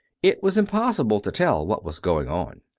it was impossible to tell what was going on.